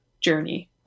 journey